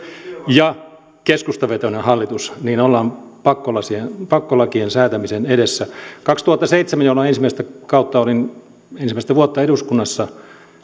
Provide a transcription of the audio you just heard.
ja keskustavetoinen hallitus niin ollaan pakkolakien pakkolakien säätämisen edessä kaksituhattaseitsemän jolloin olin ensimmäistä kautta ensimmäistä vuotta eduskunnassa